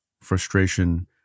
frustration